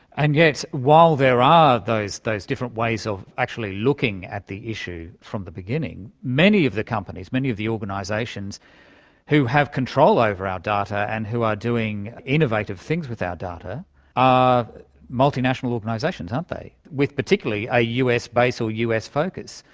and yet while there are those those different ways of actually looking at the issue from the beginning, many of the companies, many of the organisations who have control over our data and who are doing innovative things with our data are multinational organisations, aren't they, with particularly a us base or a us focus.